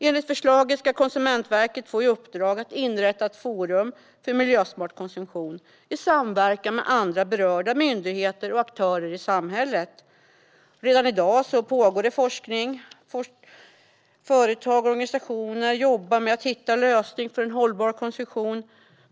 Enligt förslaget ska Konsumentverket få i uppdrag att inrätta ett forum för miljösmart konsumtion i samverkan med andra berörda myndigheter och aktörer i samhället. Redan i dag pågår det forskning. Företag och organisationer jobbar med att hitta lösningar för en hållbar konsumtion.